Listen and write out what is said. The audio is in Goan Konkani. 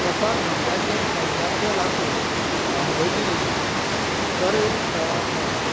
प्रसाद खांब्याचें पणसाचें लांकूड गावडोंगरी करवें गांवांत मेळ्ळें